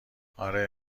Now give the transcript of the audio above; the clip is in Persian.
آره